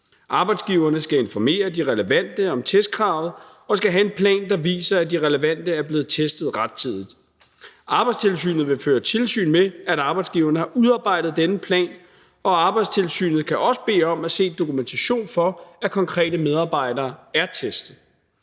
Arbejdsgiverne skal informere de relevante om testkravet og skal have en plan, der viser, at de relevante er blevet testet rettidigt. Arbejdstilsynet vil føre tilsyn med, at arbejdsgiverne har udarbejdet denne plan, og Arbejdstilsynet kan også bede om at se dokumentation for, at konkrete medarbejdere er testet.